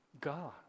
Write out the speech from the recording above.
God